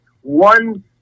one